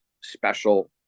special